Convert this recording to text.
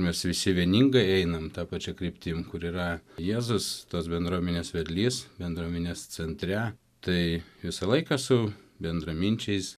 mes visi vieningai einam ta pačia kryptim kur yra jėzus tos bendruomenės vedlys bendruomenės centre tai visą laiką su bendraminčiais